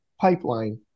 pipeline